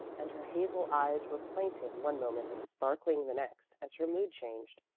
and her hazel eyes were plaintive one moment and sparkling the next, as her mood changed.